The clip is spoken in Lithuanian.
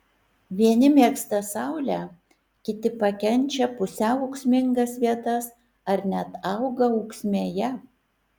vieni mėgsta saulę kiti pakenčia pusiau ūksmingas vietas ar net auga ūksmėje